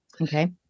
Okay